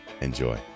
enjoy